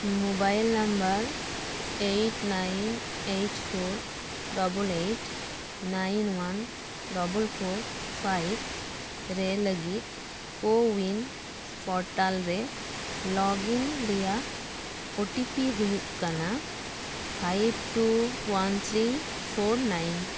mobile number eight nine eight four eight nine one four five ᱨᱮ ᱞᱟᱹᱜᱤᱫ CoWIN portal ᱨᱮ login ᱨᱮᱭᱟᱜ O T P ᱦᱩᱭᱩᱜ ᱠᱟᱱᱟ five two one three four nine